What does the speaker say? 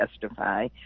testify